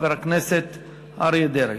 חבר הכנסת אריה דרעי.